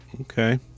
Okay